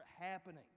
happening